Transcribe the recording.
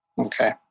Okay